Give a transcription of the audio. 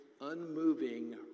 unmoving